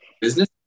business